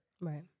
Right